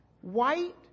white